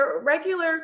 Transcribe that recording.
regular